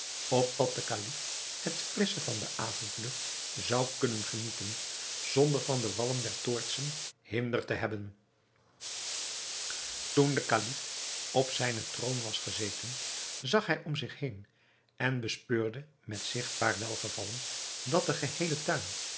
opdat de kalif het frissche van de avondlucht zou kunnen genieten zonder van den walm der toortsen hinder te hebben toen de kalif op zijnen troon was gezeten zag hij om zich heen en bespeurde met zigtbaar welgevallen dat de geheele tuin